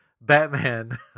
Batman